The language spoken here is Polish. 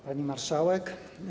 Pani Marszałek!